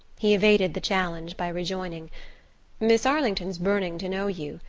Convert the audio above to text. he evaded the challenge by rejoining miss arlington's burning to know you.